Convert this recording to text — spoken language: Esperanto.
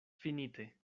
finite